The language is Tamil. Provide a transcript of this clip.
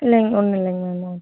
இல்லங்க ஒன்றும் இல்லங்க மேம் ஓகே